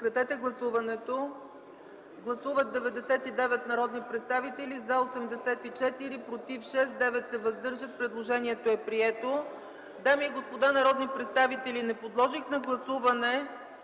избирателната урна”. Гласували 99 народни представители: за 84, против 6, въздържали се 9. Предложението е прието. Дами и господа народни представители, не подложих на гласуване